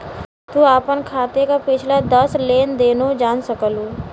तू आपन खाते क पिछला दस लेन देनो जान सकलू